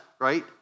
right